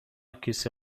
کیسه